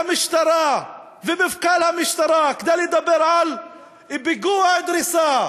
והמשטרה ומפכ"ל המשטרה כדי לדבר על פיגוע דריסה,